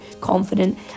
confident